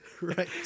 right